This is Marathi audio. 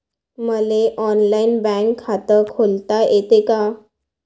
मले ऑनलाईन बँक खात खोलता येते का?